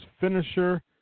finisher